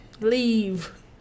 Leave